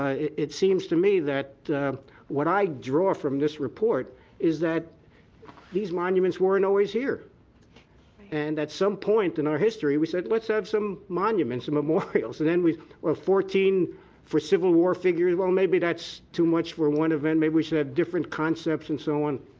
ah it it seems to me that what i draw from this report is that these monuments weren't always here. and at some point in our history we said let's have some monuments and memorials, and then we fourteen civil war figures, well, maybe that's too much for one event. maybe we should have different concepts and so on,